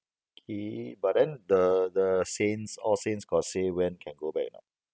okay but then the the saints all saints got say when can go back or not